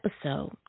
episode